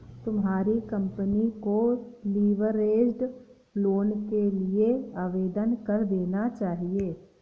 तुम्हारी कंपनी को leveraged loan के लिए आवेदन कर देना चाहिए